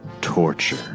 Torture